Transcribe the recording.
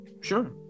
Sure